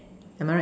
am I right